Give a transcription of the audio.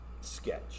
sketch